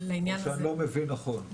או שאני לא מבין נכון.